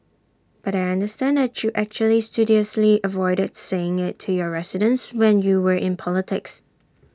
but I understand that you actually studiously avoided saying IT to your residents when you were in politics